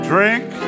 Drink